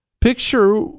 Picture